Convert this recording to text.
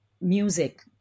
music